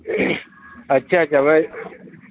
اچھا اچھا میں